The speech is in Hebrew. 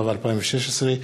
התשע"ו 2016,